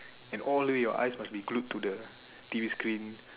and all the way your eyes must be glued to the T_V screen